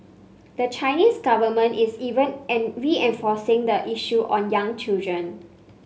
the Chinese government is even reinforcing the issue on young children